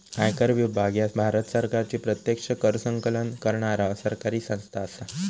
आयकर विभाग ह्या भारत सरकारची प्रत्यक्ष कर संकलन करणारा सरकारी संस्था असा